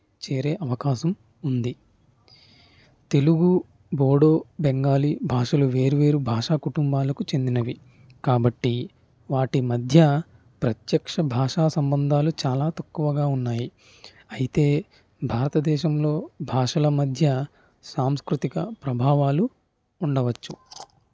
చేరే అవకాశం ఉంది తెలుగు బోడో బెంగాలీ భాషలు వేరు వేరు భాషా కుటుంబాలకు చెందినవి కాబట్టి వాటి మధ్య ప్రత్యక్ష భాషా సంబంధాలు చాలా తక్కువగా ఉన్నాయి అయితే భారతదేశంలో భాషల మధ్య సాంస్కృతిక ప్రభావాలు ఉండవచ్చు